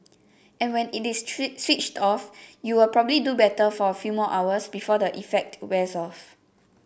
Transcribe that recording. and when it is switched off you'll probably do better for a few more hours before the effect wears off